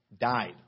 died